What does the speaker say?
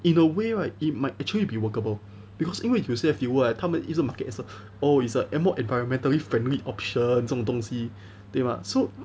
in a way right it might actually be workable because 因为 you save the world leh 他们一直 market oh it's a more environmentally friendly option 这种东西对 mah so